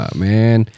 man